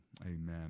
amen